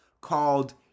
called